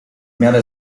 miarę